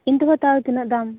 ᱮᱱᱛᱮᱦᱚᱸ ᱛᱤᱱᱟᱹᱜ ᱫᱟᱢ